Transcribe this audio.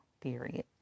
period